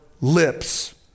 lips